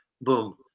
boom